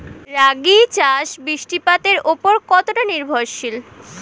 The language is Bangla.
রাগী চাষ বৃষ্টিপাতের ওপর কতটা নির্ভরশীল?